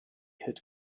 had